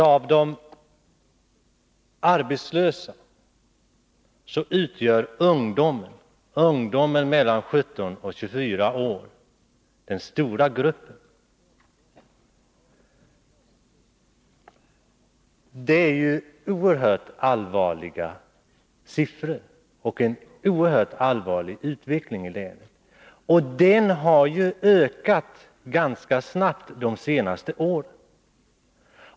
Av de arbetslösa utgör ungdom mellan 17 och 24 år den stora gruppen. Det är allvarliga siffror, som har ökat ganska snabbt de senaste åren. Det är en oerhört allvarlig utveckling i länet.